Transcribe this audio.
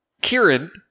Kieran